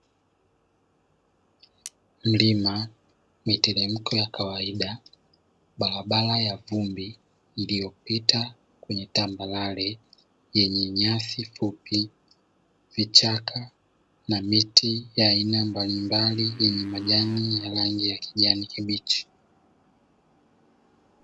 Mlima, miteremko ya kawaida, barabara ya vumbi iliyopita kwenye tambarare yenye nyasi fupi, vichaka, na miti ya aina mbalimbali yenye majani ya rangi ya kijani kibichi.